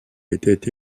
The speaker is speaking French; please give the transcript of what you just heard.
étaient